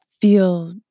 feel